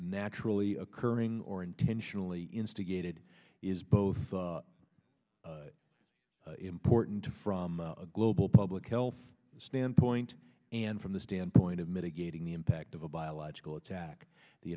naturally occurring or intentionally instigated is both important from a global public health standpoint and from the standpoint of mitigating the impact of a biological attack the